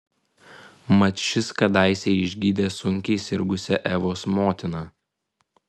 mat šis kadaise išgydė sunkiai sirgusią evos motiną